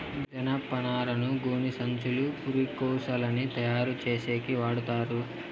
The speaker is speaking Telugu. జనపనారను గోనిసంచులు, పురికొసలని తయారు చేసేకి వాడతారు